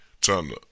time